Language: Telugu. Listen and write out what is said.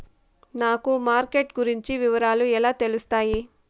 నాకు మార్కెట్ గురించి వివరాలు ఎలా తెలుస్తాయి?